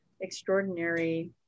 extraordinary